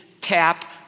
tap